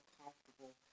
comfortable